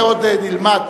זה עוד נלמד,